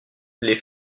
les